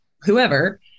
whoever